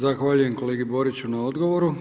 Zahvaljujem kolegi Boriću na odgovoru.